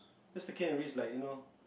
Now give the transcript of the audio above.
that's the kind of risk like you know